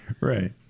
right